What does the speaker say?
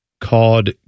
called